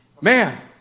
Man